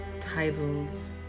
titles